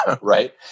Right